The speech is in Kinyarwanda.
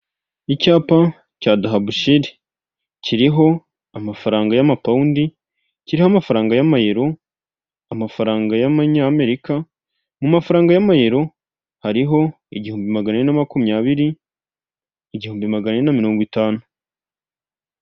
Nta muntu utagira inzozi zo kuba mu nzu nziza kandi yubatse neza iyo nzu iri mu mujyi wa kigali uyishaka ni igihumbi kimwe cy'idolari gusa wishyura buri kwezi maze nawe ukibera ahantu heza hatekanye.